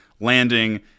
landing